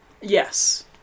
Yes